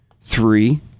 three